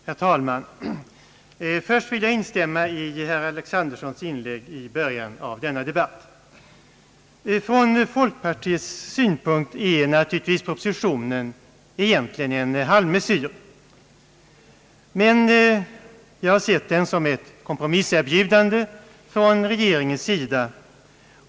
Herr talman! Först och främst vill jag instämma i herr Alexandersons inlägg i början av denna debatt. Från folkpartiets synpunkt är naturligtvis propositionen egentligen en halvmesyr, men jag har sett den som ett kompromisserbjudande från regeringens sida.